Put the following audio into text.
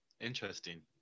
Interesting